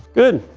good.